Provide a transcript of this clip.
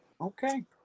Okay